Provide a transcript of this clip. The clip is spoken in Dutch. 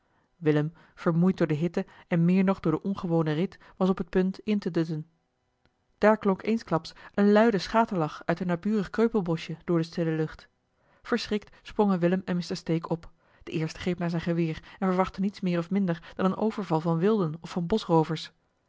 vermoeid door de hitte en meer nog door den ongewonen rit was op het punt in te dutten daar klonk eensklaps een luide schaterlach uit een naburig kreupelboschje door de stille lucht verschrikt sprongen willem en mr stake op de eerste greep naar zijn geweer en verwachtte niets meer of minder dan een overval van wilden of van